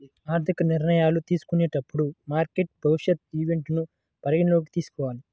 ఆర్థిక నిర్ణయాలు తీసుకునేటప్పుడు మార్కెట్ భవిష్యత్ ఈవెంట్లను పరిగణనలోకి తీసుకోవాలి